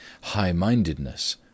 high-mindedness